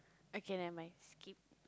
okay never mind skip